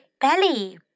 belly